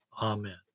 Amen